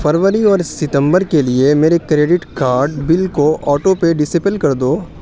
فروری اور ستمبر کے لیے میرے کریڈٹ کارد بل کا آٹو پے ڈسیبل کر دو